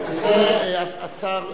השר שמחון,